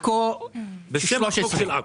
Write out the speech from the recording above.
פנו אליי --- בשם תיקון עכו.